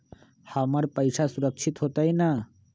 हमर पईसा सुरक्षित होतई न?